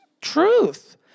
truth